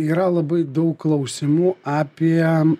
yra labai daug klausimų apie